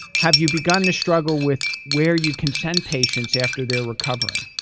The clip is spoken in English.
have you begun to struggle with where you can send patients after they're recovering?